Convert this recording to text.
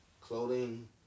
clothing